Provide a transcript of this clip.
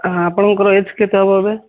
ଆପଣଙ୍କର ଏଜ୍ କେତେ ହେବ ଏବେ